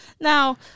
Now